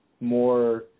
more